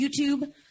YouTube